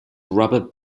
rubber